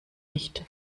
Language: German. nicht